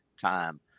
time